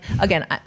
again